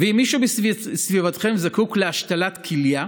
אם מישהו בסביבתכם זקוק להשתלת כליה,